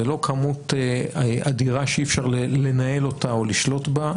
זה לא כמות אדירה שאי אפשר לנהל אותה או לשלוט בה,